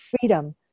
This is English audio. freedom